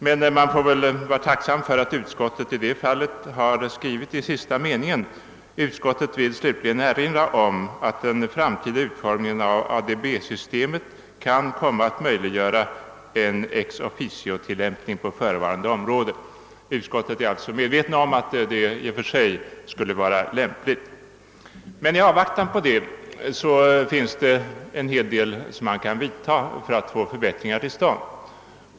Men man får väl vara tacksam för att utskottet i detta fall har skrivit: » Utskottet vill slutligen erinra om att den framtida utformningen av ADB systemet kan komma att möjliggöra en ex officio-tillämpning på förevarande område.» Utskottet är alltså medvetet om att detta i och för sig skulle vara lämpligt. I avvaktan på detta finns det en hel del som man kan göra för att få förbättringar till stånd.